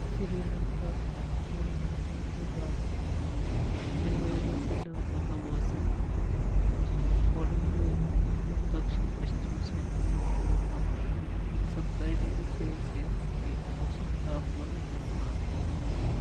श्रीलंका देश के मौसम के बारे में जनवरी में श्रीलंका का मौसम और दक्षिणपश्चिम क्षेत्र में लगभग सत्ताइस डिग्री सेल्सियस औसत तापमान के साथ